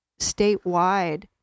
statewide